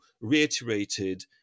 reiterated